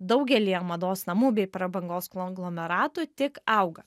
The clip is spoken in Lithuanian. daugelyje mados namų bei prabangos klonglomeratų tik auga